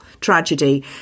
tragedy